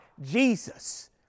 Jesus